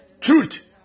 truth